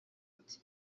ati